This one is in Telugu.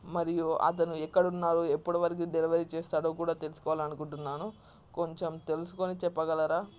మరియు అతను ఎక్కడున్నారో ఎప్పటి వరకు డెలివరీ చేస్తాడో కూడా తెలుసుకోవాలి అనుకుంటున్నాను కొంచెం తెలుసుకుని చెప్పగలరా